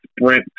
sprint